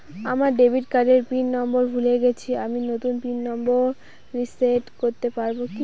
আমার ডেবিট কার্ডের pin number ভুলে গেছি আমি নূতন পিন নম্বর রিসেট করতে পারবো কি?